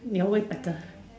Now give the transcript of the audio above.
your way better